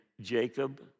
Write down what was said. Jacob